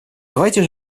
давайте